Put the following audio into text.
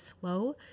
slow